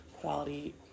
quality